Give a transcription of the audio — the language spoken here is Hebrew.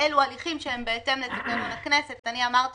אני אמרתי